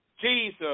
Jesus